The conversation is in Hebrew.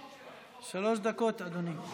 שלוש דקות, אדוני.